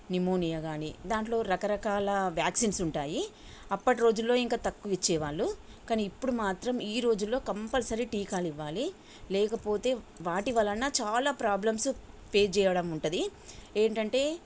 pneumonia కాని దాంట్లో రకరకాల వ్యాక్సిన్స్ ఉంటాయి అప్పటి రోజుల్లో ఇంకా తక్కువ ఇచ్చేవాళ్ళు కానీ ఇప్పుడు మాత్రం ఈ రోజుల్లో కంపల్సరీ టీకాలు ఇవ్వాలి లేకపోతే వాటి వలన చాలా ప్రాబ్లమ్స్ ఫేస్ చెయ్యడం ఉంటుంది ఏంటంటే